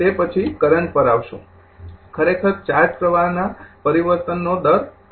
તે પછી કરંટ પર આવશુ ખરેખર ચાર્જ પ્રવાહના પરિવર્તનનો દર કરંટ છે